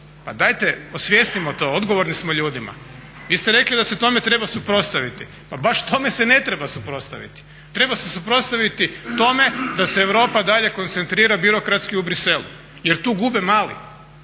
Pa dajte osvijestimo to, odgovorni smo ljudima. Vi ste rekli da se tome treba suprotstaviti, pa baš tome se ne treba suprotstaviti. Treba se suprotstaviti tome da se Europa dalje koncentrira birokratski u Bruxellesu jer tu gube mali.